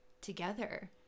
together